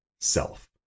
self